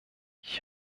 ich